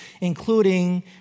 including